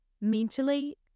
Mentally